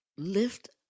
Lift